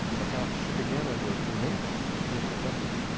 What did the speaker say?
the house shook again under a tremendous peal of thunder.